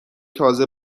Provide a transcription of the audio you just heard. تازه